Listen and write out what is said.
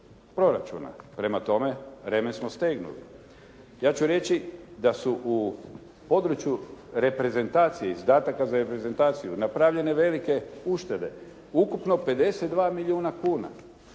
proračuna. Prema tome remen smo stegnuli. Ja ću reći da su u području reprezentacije, izdataka za reprezentaciju napravljene velike uštede ukupno 52 milijuna kuna